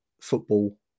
football